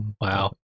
Wow